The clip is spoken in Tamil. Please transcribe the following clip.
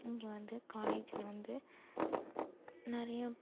இங்கே வந்து காலேஜில் வந்து நிறைய